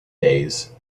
days